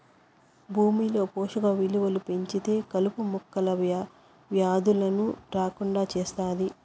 భూమిలో పోషక విలువలు పెరిగితే కలుపు మొక్కలు, వ్యాధులను రాకుండా చేత్తాయి